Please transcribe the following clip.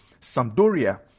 Sampdoria